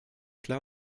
klar